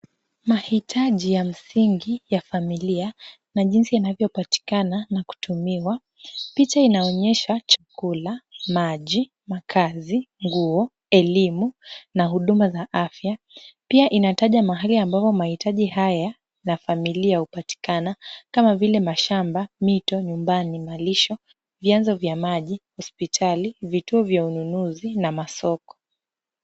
Mahitaji ya msingi ya familia na jinsi inavyopatikana na kutumiwa. Picha inaonyesha chakula, maji, makazi, nguo, elimu na huduma za afya. Pia inataja mahali ambapo mahitaji haya ya familia hupatikana kama vile mashamba, mito, nyumbani, malisho, vyanzo vya maji, hospitali, vituo vya ununuzi na masoko.